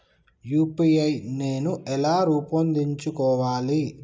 UPI నేను ఎలా రూపొందించుకోవాలి?